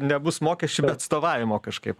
nebus mokesčių be atstovavimo kažkaip